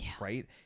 right